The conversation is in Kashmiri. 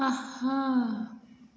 آہا